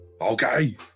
Okay